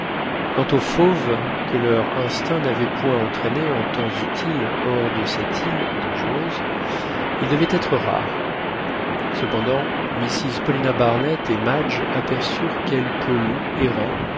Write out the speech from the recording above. quant aux fauves que leur instinct n'avait point entraînés en temps utile hors de cette île dangereuse ils devaient être rares cependant mrs paulina barnett et madge aperçurent quelques loups errant